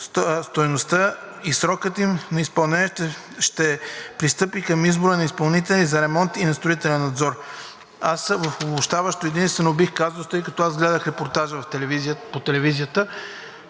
стойността и срокът им за изпълнение и ще се пристъпи към избора на изпълнители на ремонта и на строителния надзор. Аз обобщаващо единствено бих казал, тъй като гледах репортажа по телевизията,